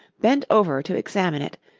bent over to examine it,